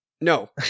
No